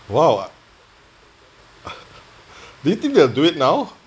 !wow! do you think it'll do it now